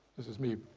this is me.